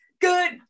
good